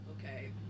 okay